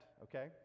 Okay